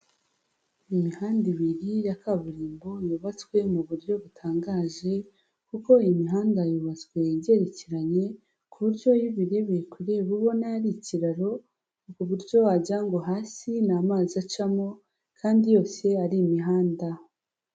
Imihanda ibiri ya kaburimbo yubatswe mu buryo butangaje kuko iyi imihanda yubatswe igerekeranye, ku buryo iyo uyirebeye kure uba ubona ari ikiraro ku buryo wagira ngo hasi ni amazi acamo kandi yose ari imihanda.